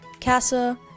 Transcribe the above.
CASA